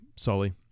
Sully